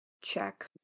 check